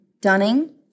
Dunning